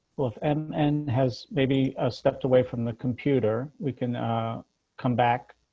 both em and has maybe a stepped away from the computer. we can come back.